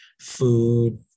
food